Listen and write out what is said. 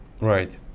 right